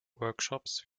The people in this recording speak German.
workshops